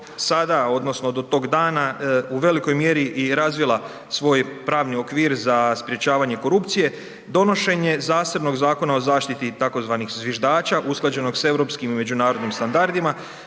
sada odnosno do tog dana u velikoj mjeri i razvila svoj pravni okvir za sprječavanje korupcije, donošenje zasebnog Zakona o zaštiti tzv. zviždača usklađenog s europskim i međunarodnim standardima